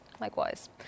Likewise